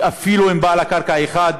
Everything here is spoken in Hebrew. ואפילו עם בעל הקרקע האחד,